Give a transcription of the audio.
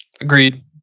Agreed